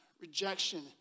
rejection